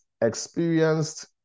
experienced